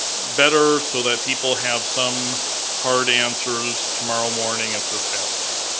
better so that people have some hard answers tomorrow morning if this passes.